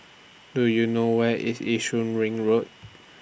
Do YOU know Where IS Yishun Ring Road